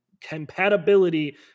compatibility